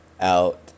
out